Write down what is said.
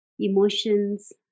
emotions